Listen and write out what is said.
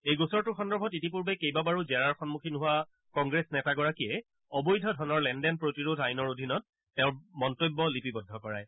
এই গোচৰটোৰ সন্দৰ্ভত ইতিপূৰ্বে কেইবাবাৰো জেৰাৰ সন্মুখীন হোৱা কংগ্ৰেছ নেতাগৰাকীয়ে অবৈধ ধনৰ লেনদেন প্ৰতিৰোধ আইনৰ অধীনত তেওঁৰ মন্তব্য লিপিবদ্ধ কৰায়